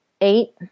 eight